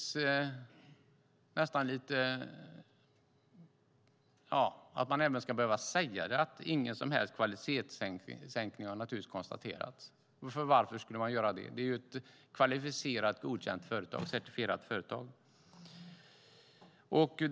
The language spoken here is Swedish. Ska man ens behöva säga att ingen som helst kvalitetssänkning har konstaterats? Varför skulle man göra det? Det är ett kvalificerat, godkänt och certifierat företag.